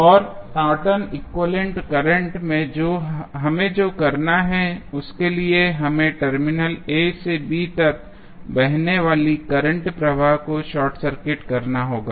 और Norton equivalent Nortons equivalent current में हमें जो करना है उसके लिए हमें टर्मिनल a से b तक बहने वाले करंट प्रवाह को शॉर्ट सर्किट करना होगा